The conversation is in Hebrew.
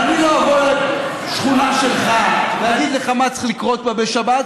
ואני לא אבוא לשכונה שלך ואגיד לך מה צריך לקרות בה בשבת,